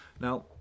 Now